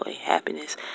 happiness